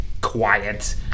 quiet